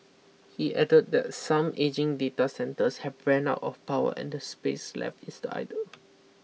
he added that some ageing data centres have ran out of power and the space left is the idle